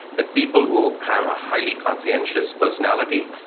that people who have a highly conscientious personality,